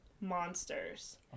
monsters